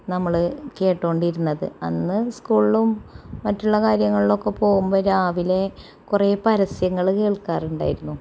നമ്മള് കേട്ടുകൊണ്ടിരുന്നത് അന്ന് സ്കൂളിലും മറ്റുള്ള കാര്യങ്ങളിലൊക്കെ പോകുമ്പോൾ രാവിലെ കുറെ പരസ്യങ്ങള് കേൾക്കാറുണ്ടായിരുന്നു